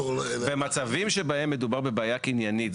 במצבים שבהם מדובר בבעיה קניינית,